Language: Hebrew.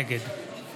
נגד